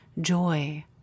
joy